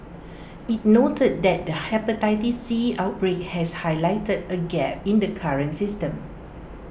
IT noted that the Hepatitis C outbreak has highlighted A gap in the current system